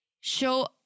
show